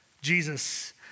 Jesus